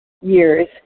years